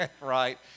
right